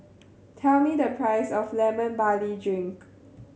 tell me the price of Lemon Barley Drink